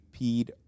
peed